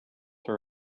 her